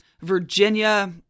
Virginia